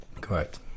Correct